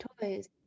toys